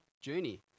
journey